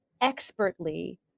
expertly